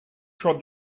trod